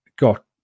got